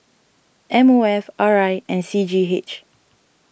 M O F R I and C G H